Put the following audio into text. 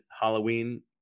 Halloween